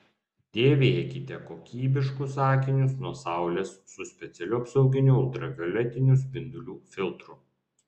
dėvėkite kokybiškus akinius nuo saulės su specialiu apsauginiu ultravioletinių spindulių filtru